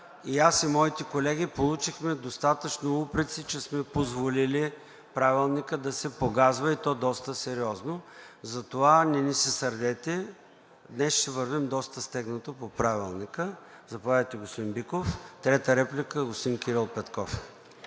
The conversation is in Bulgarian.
и аз, и моите колеги получихме достатъчно упреци, че сме позволили Правилникът да се погазва, и то доста сериозно. Затова не ни се сърдете, днес ще вървим доста стегнато по Правилника. Заповядайте, господин Биков. Трета реплика – господин Кирил Петков.